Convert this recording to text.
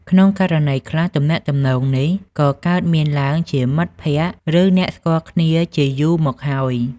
ក្នុងករណីខ្លះ ទំនាក់ទំនងនេះក៏កើតមានឡើងជាមិត្តភក្តិ ឬអ្នកស្គាល់គ្នាជាយូរមកហើយ។